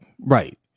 right